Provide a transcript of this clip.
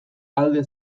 alde